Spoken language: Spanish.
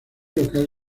local